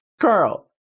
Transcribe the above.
Carl